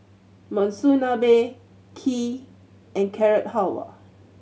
Monsunabe Kheer and Carrot Halwa